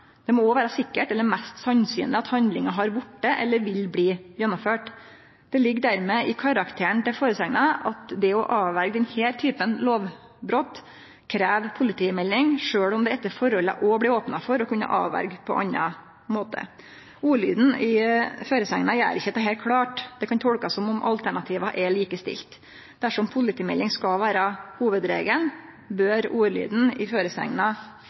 Det må òg vere sikkert eller mest sannsynleg at handlinga har vorte eller vil bli gjennomført. Det ligg dermed i karakteren til føresegna at det å avverje denne typen lovbrot krev politimelding, sjølv om det etter forholda òg blir opna for å kunne avverje på annan måte. Ordlyden i føresegna gjer ikkje dette klart. Det kan tolkast som om alternativa er likestilte. Dersom politimelding skal vere hovudregelen, bør ordlyden i føresegna